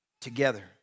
together